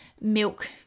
milk